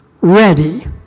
ready